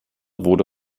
wurde